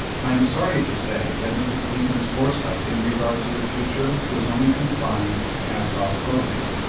i am sorry to say that mrs. lincoln's foresight in regard to the future was only confined to cast-off clothing,